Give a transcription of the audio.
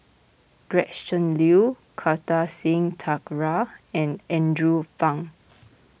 Gretchen Liu Kartar Singh Thakral and Andrew Phang